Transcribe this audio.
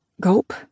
Gulp